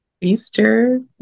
Easter